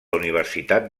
universitat